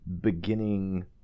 beginning